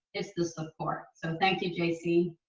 it's the support. so thank you, j c.